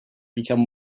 become